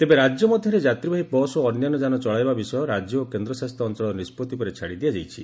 ତେବେ ରାଜ୍ୟ ମଧ୍ୟରେ ଯାତ୍ରୀବାହୀ ବସ୍ ଓ ଅନ୍ୟାନ୍ୟ ଯାନ ଚଳାଇବା ବିଷୟ ରାଜ୍ୟ ଓ କେନ୍ଦ୍ରଶାସିତ ଅଞ୍ଚଳର ନିଷ୍ପଭି ଉପରେ ଛାଡ଼ି ଦିଆଯାଇଛି